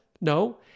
No